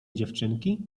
dziewczynki